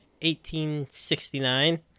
1869